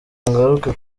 ngaruke